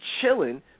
chilling